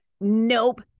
nope